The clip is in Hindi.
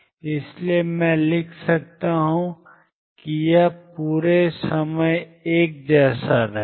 इसलिए मैं लिख सकता हूं कि यह पूरे समय एक जैसा रहेगा